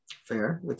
fair